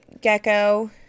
gecko